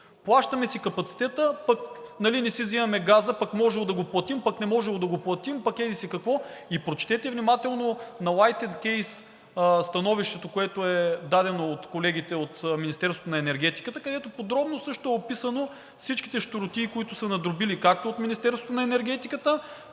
Плащаме си капацитета, не си взимаме газа, пък можело да го платим, пък не можело да го платим, пък еди-си какво. И прочетете внимателно на „Уайт енд Кейс“ становището, което е дадено от колегите от Министерството на енергетиката, където подробно също са описани всичките щуротии, които са надробили както от Министерството на енергетиката,